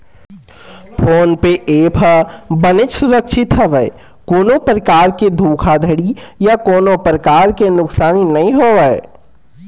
phone पे app ह बनेच सुरक्छित हवय कोनो परकार के धोखाघड़ी या कोनो परकार के नुकसानी नइ होवय